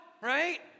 right